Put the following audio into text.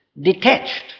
detached